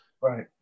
Right